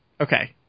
Okay